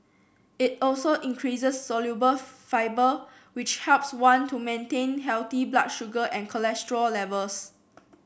it also increases soluble fibre which helps one to maintain healthy blood sugar and cholesterol levels